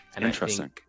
Interesting